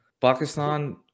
Pakistan